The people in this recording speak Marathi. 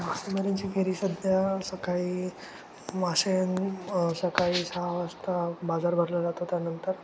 मच्छीमाऱ्यांची फेरी सध्या सकाळी मासे सकाळी सहा वाजता बाजार भरला जातो त्यानंतर